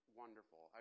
wonderful